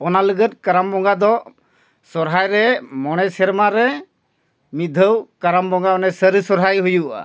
ᱚᱱᱟ ᱞᱟᱹᱜᱤᱫ ᱠᱟᱨᱟᱢ ᱵᱚᱸᱜᱟ ᱫᱚ ᱥᱚᱦᱨᱟᱭ ᱨᱮ ᱢᱚᱬᱮ ᱥᱮᱨᱢᱟ ᱨᱮ ᱢᱤᱫ ᱫᱷᱟᱣ ᱠᱟᱨᱟᱢ ᱵᱚᱸᱜᱟ ᱚᱱᱮ ᱥᱟᱹᱨᱤ ᱥᱚᱦᱨᱟᱭ ᱦᱩᱭᱩᱜᱼᱟ